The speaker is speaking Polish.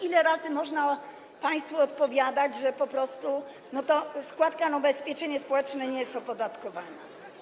Ile razy można państwu odpowiadać, że po prostu składka na ubezpieczenie społeczne nie jest opodatkowana?